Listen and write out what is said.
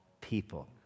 people